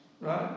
right